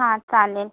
हां चालेल